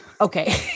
Okay